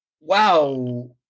wow